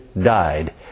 died